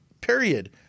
period